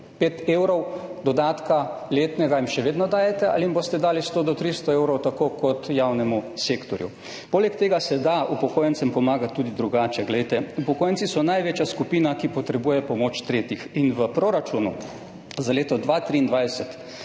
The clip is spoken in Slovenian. evrov letnega dodatka jim še vedno dajete ali jim boste dali 100 do 300 evrov, tako kot javnemu sektorju? Poleg tega se da upokojencem pomagati tudi drugače. Glejte, upokojenci so največja skupina, ki potrebuje pomoč tretjih. V proračunu za leto 2023,